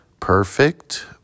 Perfect